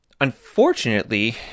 unfortunately